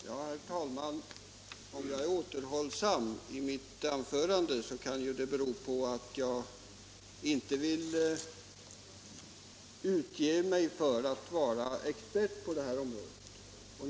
Herr talman! Om jag är återhållsam i mina anföranden kan det bero på att jag inte vill utge mig för att vara expert på det här området.